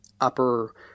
upper